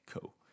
cool